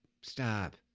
stop